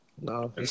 No